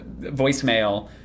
voicemail